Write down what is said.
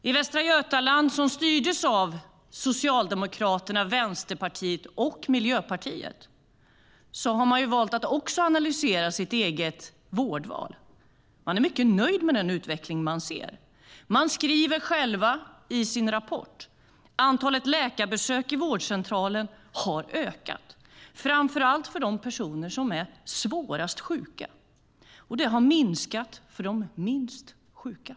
I Västra Götaland, som styrts av Socialdemokraterna, Vänsterpartiet och Miljöpartiet, har man valt att också analysera sitt eget vårdval. Man är mycket nöjd med utvecklingen. Man skriver själv i sin rapport att antalet läkarbesök vid vårdcentralerna har ökat, framför allt för de personer som är svårast sjuka. Besöken har minskat för de minst sjuka.